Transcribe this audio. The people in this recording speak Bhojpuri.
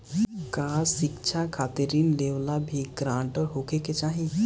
का शिक्षा खातिर ऋण लेवेला भी ग्रानटर होखे के चाही?